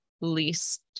least